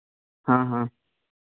हाँ हाँ